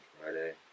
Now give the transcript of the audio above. Friday